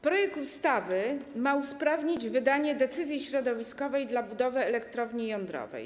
Projekt ustawy ma usprawnić wydanie decyzji środowiskowej dla budowy elektrowni jądrowej.